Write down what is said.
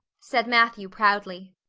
said matthew proudly.